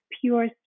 pure